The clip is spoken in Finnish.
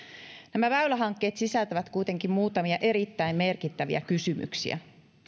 nämä väylähankkeet sisältävät kuitenkin muutamia erittäin merkittäviä kysymyksiä